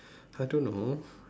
I don't know